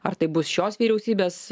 ar tai bus šios vyriausybės